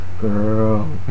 girl